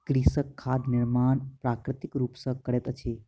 कृषक खाद निर्माण प्राकृतिक रूप सॅ करैत अछि